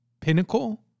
pinnacle